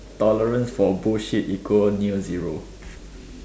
tolerance for bullshit equal near zero